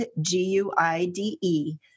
G-U-I-D-E